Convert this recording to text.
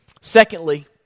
Secondly